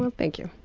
and thank you.